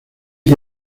que